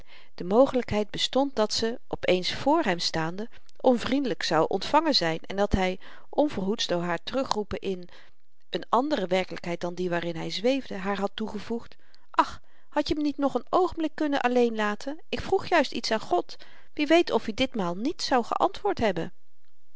de mogelykheid bestond dat ze op eens vr hem staande onvriendelyk zou ontvangen zyn en dat hy onverhoeds door haar teruggeroepen in n àndere werkelykheid dan die waarin hy zweefde haar had toegevoegd ach had je me niet nog n oogenblik kunnen alleen laten ik vroeg juist iets aan god wie weet of-i ditmaal niet zou geantwoord hebben